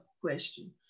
question